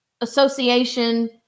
association